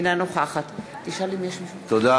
אינה נוכחת תודה.